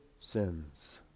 sins